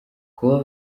kuba